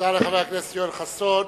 תודה לחבר הכנסת יואל חסון.